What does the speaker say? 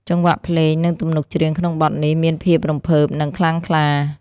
ចង្វាក់ភ្លេង និងទំនុកច្រៀងក្នុងបទនេះមានភាពរំភើប និងខ្លាំងក្លា។